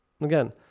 again